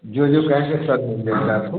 जो जो कहेंगे सब मिल जाएगा आपको